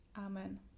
Amen